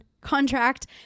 contract